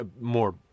more